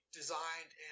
designed